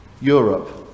Europe